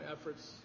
efforts